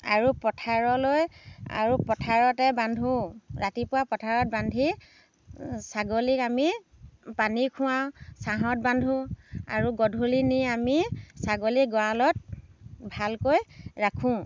আৰু পথাৰলৈ আৰু পথাৰতে বান্ধো ৰাতিপুৱা পথাৰত বান্ধি ছাগলীক আমি পানী খুৱাওঁ ছাঁহত বান্ধো আৰু গধূলি নি আমি ছাগলী গঁড়ালত ভালকৈ ৰাখোঁ